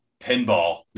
pinball